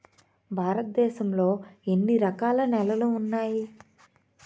భారతదేశం లో ఎన్ని రకాల నేలలు ఉన్నాయి?